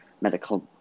medical